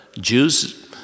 Jews